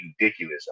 ridiculous